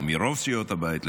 או מרוב סיעות הבית,